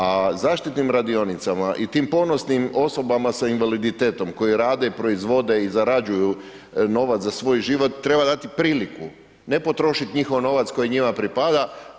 A zaštitnim radionicama i tim ponosnim osobama s invaliditetom koji rade i proizvode i zarađuju novac za svoj život, treba dati priliku, ne potrošiti njihov novac koji njima pripada.